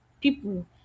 people